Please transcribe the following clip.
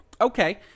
Okay